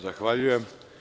Zahvaljujem.